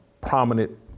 prominent